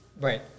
Right